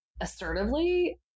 assertively